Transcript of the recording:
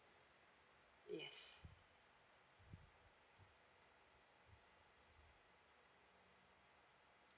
yes